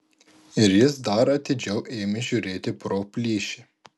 ir jis dar atidžiau ėmė žiūrėti pro plyšį